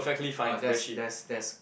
uh there's there's there's